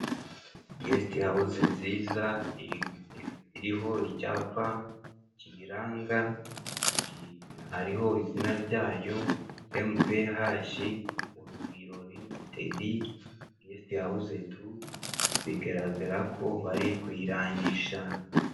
Gesite hawuze nziza, iri iriho icyapa kiyiranga, hariho izina ryayo, emupehashi Urugwiro litidi besite hawuze tu bigaragara ko bari kuyirangisha.